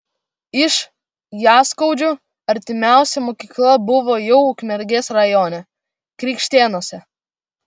iš jaskaudžių artimiausia mokykla buvo jau ukmergės rajone krikštėnuose